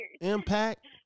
impact